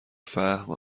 فهم